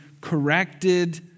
corrected